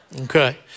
Okay